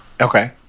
Okay